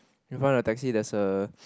in front a taxi there's a